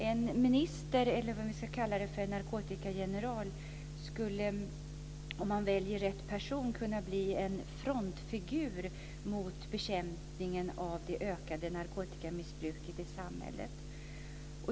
En minister, eller om vi kallar det narkotikageneral, skulle om man väljer rätt person kunna bli en frontfigur för bekämpningen av det ökade narkotikamissbruket i samhället.